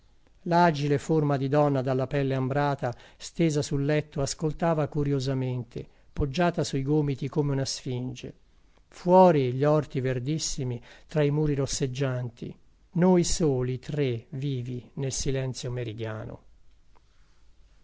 l'agile forma di donna dalla pelle ambrata stesa sul letto ascoltava curiosamente poggiata sui gomiti come una sfinge fuori gli orti verdissimi tra i muri rosseggianti noi soli tre vivi nel silenzio meridiano